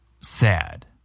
sad